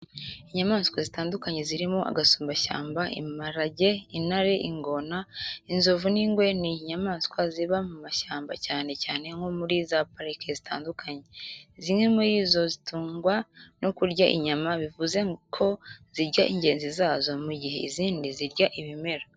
Inyamaswa zitandukanye zirimo agasumbashyamba, imparage, intare, ingona, inzovu n'ingwe ni inyamaswa ziba mu mashyamba cyane cyane nko muri za parike zitandukanye. Zimwe muri zo zitungwa no kurya inyama bivuze ko zirya ngenzi zazo mu gihe izindi zirya ibimera.